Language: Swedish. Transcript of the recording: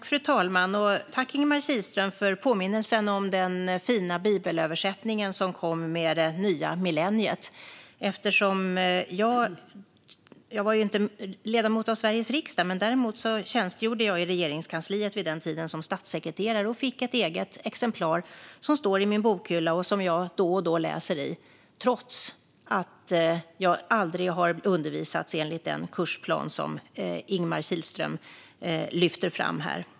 Fru talman! Tack, Ingemar Kihlström, för påminnelsen om den fina bibelöversättningen som kom med det nya millenniet! Jag var inte ledamot av Sveriges riksdag vid den tiden, men däremot tjänstgjorde jag som statssekreterare vid Regeringskansliet. Jag fick ett eget exemplar som står i min bokhylla och som jag då och då läser i trots att jag aldrig har undervisats enligt den kursplan som Ingemar Kihlström lyfter fram här.